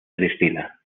cristina